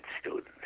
student